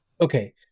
Okay